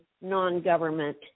non-government